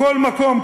בכל מקום,